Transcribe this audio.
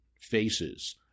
faces